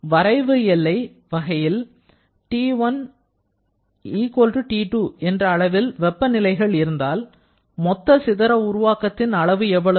வரைவு எல்லை வகையில் T1 T2 என்ற அளவில் வெப்பநிலைகள் இருந்தால் மொத்த சிதற உருவாக்கத்தின் அளவு எவ்வளவு